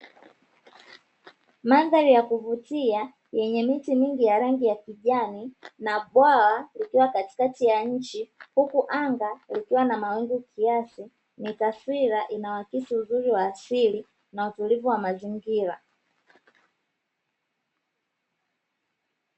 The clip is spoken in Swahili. Mandhari ya kuvutia yenye miti mingi ya rangi ya kijani na bwawa likiwa katikati ya nchi huku anga likiwa na mawingu kiasi. Ni taswira inayoakisi uzuri wa asili na utulivu wa mazingira.